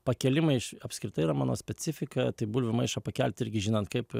pakėlimai iš apskritai yra mano specifika tai bulvių maišą pakelti irgi žinant kaip